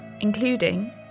including